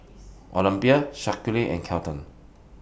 Olympia Shaquille and Kelton